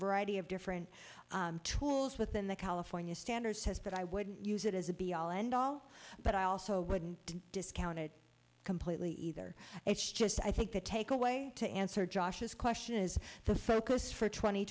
variety of different tools within the california standards has but i wouldn't use it as a be all end all but i also wouldn't discount it completely either it's just i think the take away to answer josh is question is the focus for tw